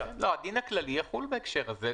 הדין הכללי יחול בהקשר הזה.